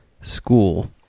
school